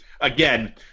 again